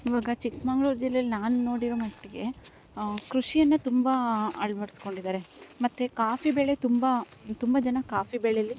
ಇವಾಗ ಚಿಕ್ಕಮಂಗ್ಳೂರ್ ಜಿಲ್ಲೆಲಿ ನಾನು ನೋಡಿರೋ ಮಟ್ಟಿಗೆ ಕೃಷಿಯನ್ನು ತುಂಬ ಅಳ್ವಡಿಸ್ಕೊಂಡಿದಾರೆ ಮತ್ತು ಕಾಫಿ ಬೆಳೆ ತುಂಬ ತುಂಬ ಜನ ಕಾಫಿ ಬೆಳೇಲಿ